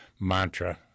mantra